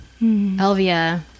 Elvia